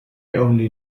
only